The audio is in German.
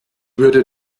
würde